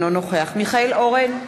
אינו נוכח מיכאל אורן,